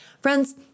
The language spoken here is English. Friends